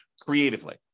creatively